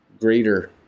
greater